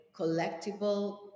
collectible